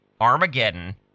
Armageddon